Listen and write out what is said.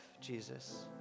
Jesus